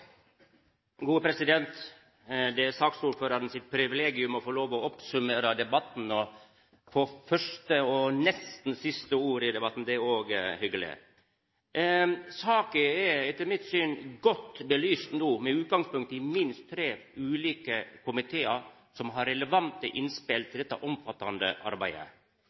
sitt privilegium å få lov til å oppsummera debatten og få første, og nesten, siste ordet i debatten – det er hyggeleg. Saka er etter mitt syn no godt belyst med utgangspunkt i minst tre ulike komitear som har relevante innspel til dette omfattande arbeidet.